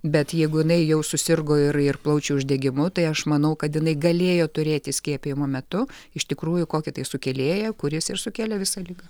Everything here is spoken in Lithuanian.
bet jeigu jinai jau susirgo ir ir plaučių uždegimu tai aš manau kad jinai galėjo turėti skiepijimo metu iš tikrųjų kokį tai sukėlėją kuris ir sukėlė visą ligą